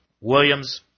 Williams